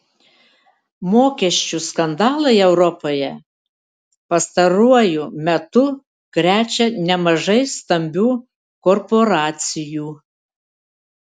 mokesčių skandalai europoje pastaruoju metu krečia nemažai stambių korporacijų